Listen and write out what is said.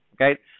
okay